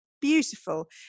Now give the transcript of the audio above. beautiful